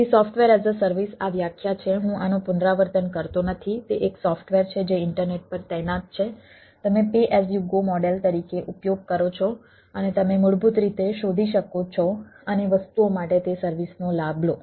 તેથી software as a service model તરીકે ઉપયોગ કરો છો અને તમે મૂળભૂત રીતે શોધી શકો છો અને વસ્તુઓ માટે તે સર્વિસનો લાભ લો